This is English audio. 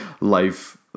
life